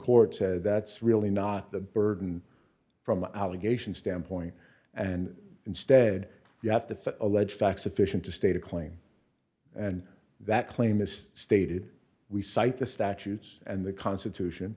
court says that's really not the burden from an allegation standpoint and instead you have to allege facts efficient to state a claim and that claim is stated we cite the statutes and the constitution